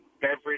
beverage